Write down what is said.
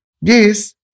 Yes